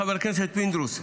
חבר הכנסת פינדרוס,